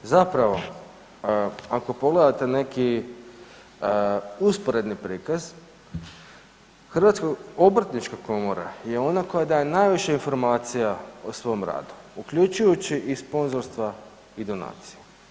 Zapravo ako pogledate neki usporedni prikaz Hrvatska obrtnička komora je ona koja daje najviše informacija o svom radu uključujući i sponzorstva i donacije.